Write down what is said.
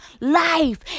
life